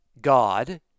God